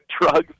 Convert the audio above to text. drugs